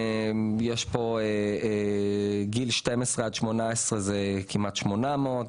גילאי 12-18 זה כמעט 800,